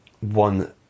one